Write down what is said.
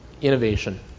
innovation